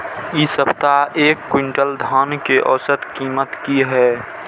इ सप्ताह एक क्विंटल धान के औसत कीमत की हय?